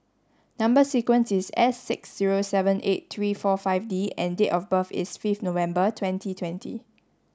number sequence is S six zero seven eight three four five D and date of birth is fifth November twenty twenty